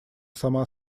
сама